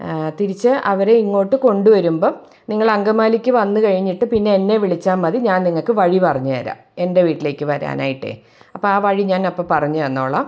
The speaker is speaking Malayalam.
തിരിച്ച് അവരെ ഇങ്ങോട്ട് കൊണ്ട് വരുമ്പം നിങ്ങൾ അങ്കമാലിക്ക് വന്ന് കഴിഞ്ഞിട്ട് പിന്നെ എന്നെ വിളിച്ചാൽ മതി ഞാൻ നിങ്ങൾക്ക് വഴി പറഞ്ഞെരാ എൻ്റെ വീട്ടിലേക്ക് വരാനായിട്ടേ അപ്പം ആ വഴി ഞാനപ്പോൾ പറഞ്ഞ് തന്നോളാം